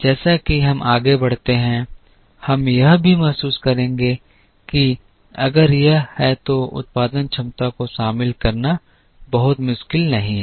जैसा कि हम आगे बढ़ते हैं हम यह भी महसूस करेंगे कि अगर यह है तो उत्पादन क्षमता को शामिल करना बहुत मुश्किल नहीं है